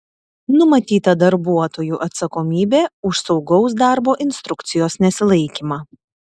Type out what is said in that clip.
numatyta darbuotojų atsakomybė už saugaus darbo instrukcijos nesilaikymą